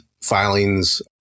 filings